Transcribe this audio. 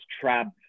trapped